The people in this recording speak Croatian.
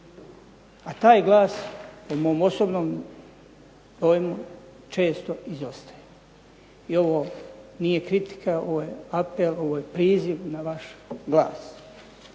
A taj glas po mom osobnom dojmu često izostaje. I ovo nije kritika, ovo je apel, ovo je priziv na vaš glas.